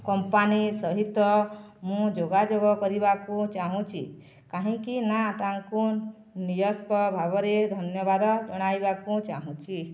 company ସହିତ ମୁଁ ଯୋଗାଯୋଗ କରିବାକୁ ଚାହୁଁଛି କାହିଁକିନା ତାଙ୍କୁ ନିୟସ୍ପ ଭାବରେ ଧନ୍ୟବାଦ ଜଣାଇବାକୁ ଚାହୁଁଛି